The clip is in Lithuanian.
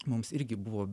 mums irgi buvo